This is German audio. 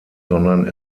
sondern